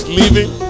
leaving